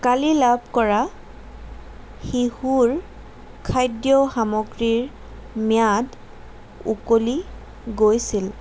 কালি লাভ কৰা শিশুৰ খাদ্য সামগ্ৰীৰ ম্যাদ উকলি গৈছিল